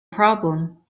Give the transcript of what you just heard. problem